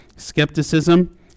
skepticism